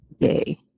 day